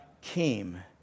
came